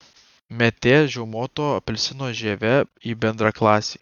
metė žiaumoto apelsino žievę į bendraklasį